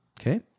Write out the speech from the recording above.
okay